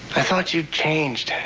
i thought you'd changed.